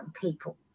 people